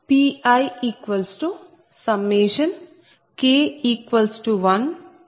Pik13Gikik Bikik